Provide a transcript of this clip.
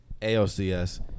ALCS